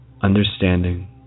understanding